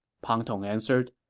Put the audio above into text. pang tong answered.